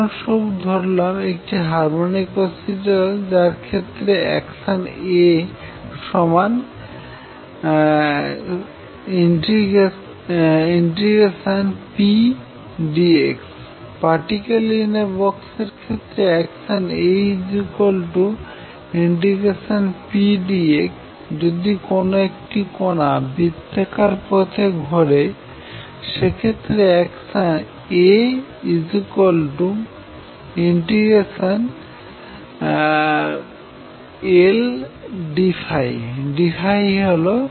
উদাহরণ স্বরূপ ধরিলাম একটি হারমনিক অসিলেটর যার ক্ষেত্রে action A ∫pdx particle in a box এর ক্ষেত্রে অ্যাকশন A ∫pdxযদি কোন একটা কনা বৃত্তাকার পথে ঘোরে সেক্ষেত্রে অ্যাকশন A ∫Ldϕ dϕ হল কৌণিক ভরবেগ